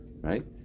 right